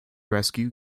rescue